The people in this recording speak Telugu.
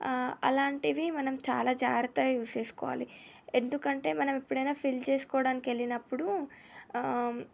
అలాంటివి మనం చాలా జాగ్రత్తగా యూస్ చేసుకోవాలి ఎందుకంటే మనం ఎప్పుడైనా ఫిల్ చేసుకోవడానికి వెళ్ళినప్పుడు